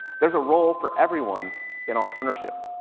there's a role for everyone in entrepreneurship.